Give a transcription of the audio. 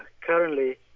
Currently